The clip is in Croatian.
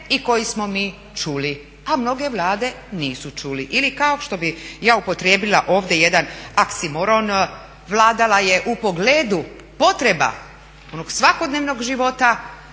i koje smo mi čuli. A mnoge vlade nisu čule. Ili kao što bi ja upotrijebila ovdje jedan oksimoron vladala je u pogledu potreba onog svakodnevnog života